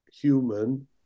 human